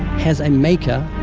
has a maker,